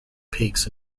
peaks